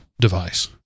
device